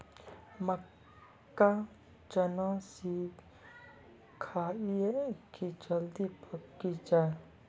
मक्का चना सिखाइए कि जल्दी पक की जय?